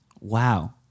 Wow